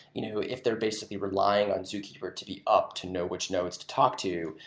you know if they're basically relying on zookeeper to be up to know which nodes to talk to,